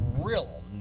real